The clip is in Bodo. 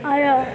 आरो